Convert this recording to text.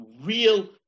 real